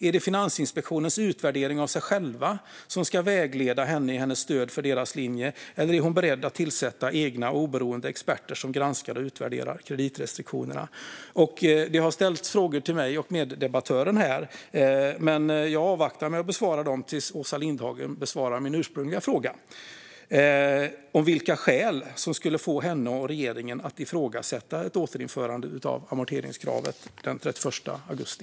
Är det Finansinspektionens utvärdering av sig själva som ska vägleda henne i hennes stöd för deras linje, eller är hon beredd att tillsätta egna och oberoende experter som granskar och utvärderar kreditrestriktionerna? Det har ställts frågor till mig och meddebattören, men jag avvaktar med att besvara dem tills Åsa Lindhagen besvarar min ursprungliga fråga om vilka skäl som skulle få henne och regeringen att ifrågasätta ett återinförande av amorteringskravet den 31 augusti.